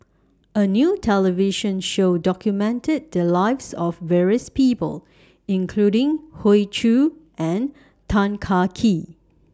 A New television Show documented The Lives of various People including Hoey Choo and Tan Kah Kee